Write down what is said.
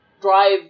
drive